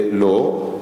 לא.